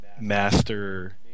master